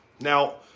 now